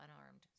unarmed